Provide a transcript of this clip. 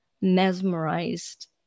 mesmerized